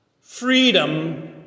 Freedom